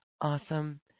Awesome